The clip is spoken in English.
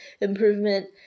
improvement